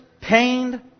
pained